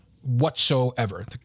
whatsoever